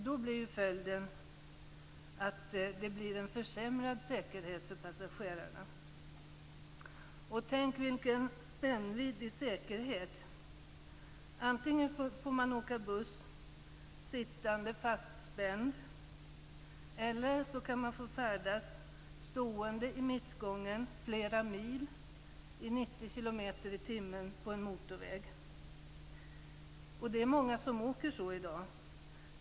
Då blir följden en försämrad säkerhet för passagerarna. Tänk vilken spännvidd det blir i säkerhet! Antingen får man sitta fastspänd när man åker buss eller också får man färdas stående i mittgången flera mil i 90 km/tim på en motorväg. Det är många som åker så i dag.